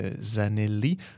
Zanelli